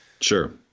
Sure